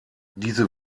diese